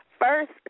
first